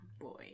boy